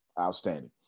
Outstanding